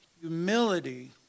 humility